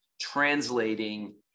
translating